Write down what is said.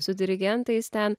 su dirigentais ten